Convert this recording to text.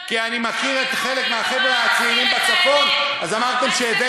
אני לא עשיתי תדרוכים ולא אסתיר את האמת.